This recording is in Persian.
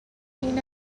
این